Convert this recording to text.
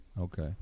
okay